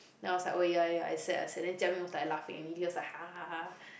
then I was like oh ya oh ya I sad I sad then Jia-Ming was like laughing at me he was like ha ha ha